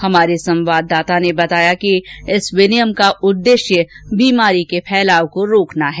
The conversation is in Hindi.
हमारे संवाददाता ने बताया है कि इस अधिनियम का उद्देश्य बीमारी के फैलाव को रोकना है